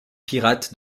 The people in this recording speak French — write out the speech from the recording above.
pirates